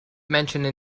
mentioned